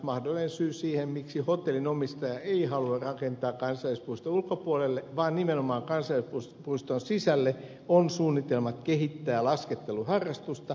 mahdollinen syy siihen miksi hotellin omistaja ei halua rakentaa kansallispuiston ulkopuolelle vaan nimenomaan kansallispuiston sisälle on suunnitelma kehittää lasketteluharrastusta